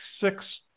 six